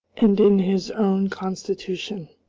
and in his own constitution.